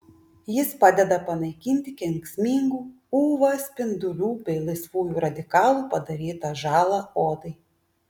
jis padeda panaikinti kenksmingų uv spindulių bei laisvųjų radikalų padarytą žalą odai